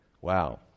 Wow